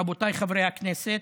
רבותיי חברי הכנסת,